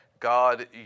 God